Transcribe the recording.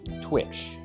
Twitch